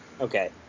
Okay